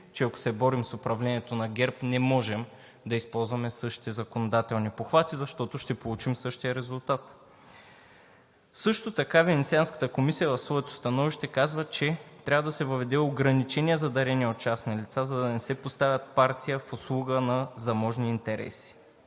че ако се борим с управлението на ГЕРБ, не можем да използваме същите законодателни похвати, защото ще получим същия резултат. Също така Венецианската комисия в своето становище казва, че трябва да се въведе ограничение за дарения от частни лица, за да не се поставя партия в услуга на заможни интереси.